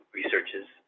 researches